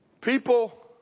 People